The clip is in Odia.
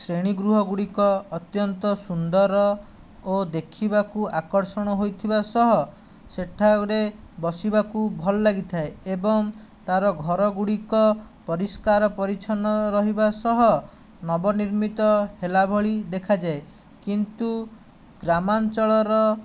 ଶ୍ରେଣୀଗୃହଗୁଡ଼ିକ ଅତ୍ୟନ୍ତ ସୁନ୍ଦର ଓ ଦେଖିବାକୁ ଆକର୍ଷଣ ହୋଇଥିବା ସହ ସେଠାରେ ବସିବାକୁ ଭଲଲାଗିଥାଏ ଏବଂ ତା'ର ଘରଗୁଡ଼ିକ ପରିଷ୍କାର ପରିଚ୍ଛନ୍ନ ରହିବା ସହ ନବନିର୍ମିତ ହେଲା ଭଳି ଦେଖାଯାଏ କିନ୍ତୁ ଗ୍ରାମାଞ୍ଚଳର